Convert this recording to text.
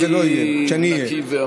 זה לא יהיה כשאני אהיה.